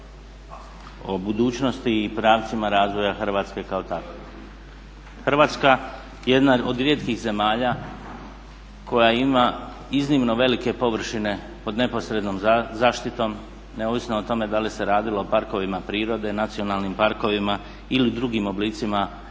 o budućnosti i pravcima razvoja Hrvatske kao takve. Hrvatska, jedna od rijetkih zemalja koja ima iznimno velike površine pod neposrednom zaštitom neovisno o tome da li se radilo o parkovima prirode, nacionalnim parkovima ili drugim oblicima zaštite